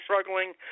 struggling